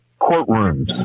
courtrooms